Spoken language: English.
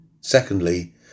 Secondly